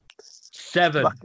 Seven